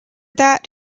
that